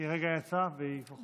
היא יצאה לרגע.